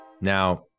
now